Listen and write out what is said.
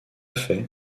fait